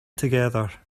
together